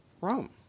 Rome